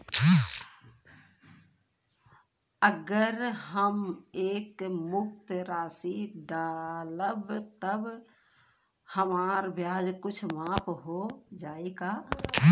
अगर हम एक मुस्त राशी डालब त हमार ब्याज कुछ माफ हो जायी का?